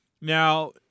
Now